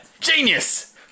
Genius